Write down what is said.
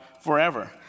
forever